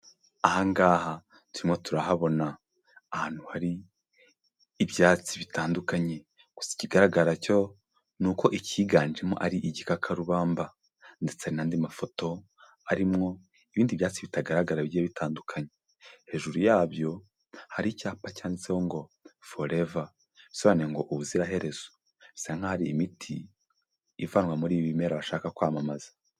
Aha ngaha turimo turahabona ahantu hari ibyatsi bitandukanye. Gusa ikigaragara cyo ni uko ikiganjemo ari igikakarubamba. Ndetse hari n'andi mafoto arimwo ibindi byatsi bitagaragara bigiye bitandukanye. Hejuru yabyo hari icyapa cyanditseho ngo Forever, bisobanuye ngo ubuziraherezo. Bisa nkaho ari imiti ivanwa muri ibi bimera bashaka kwamamaza.